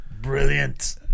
Brilliant